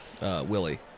Willie